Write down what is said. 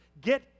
Get